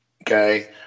Okay